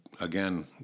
again